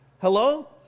hello